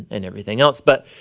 and everything else. but,